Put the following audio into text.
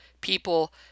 People